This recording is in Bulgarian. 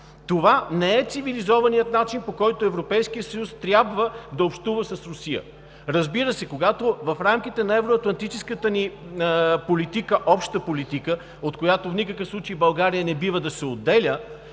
Това не е цивилизованият начин, по който Европейският съюз трябва да общува с Русия. Разбира се, когато в рамките на евроатлантическата ни обща политика, от която в никакъв случай България не бива да се отделя,